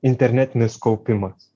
internetinis kaupimas